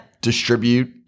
distribute